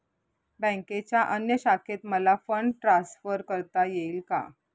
बँकेच्या अन्य शाखेत मला फंड ट्रान्सफर करता येईल का?